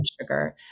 sugar